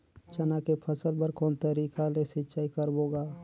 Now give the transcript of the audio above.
चना के फसल बर कोन तरीका ले सिंचाई करबो गा?